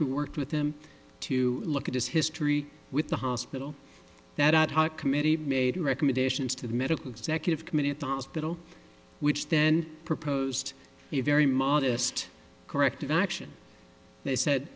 who worked with him to look at his history with the hospital that committee made recommendations to the medical executive committee at the hospital which then proposed a very modest corrective action they said